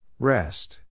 Rest